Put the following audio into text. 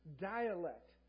dialect